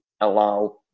allow